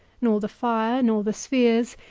nor the fire, nor the spheres,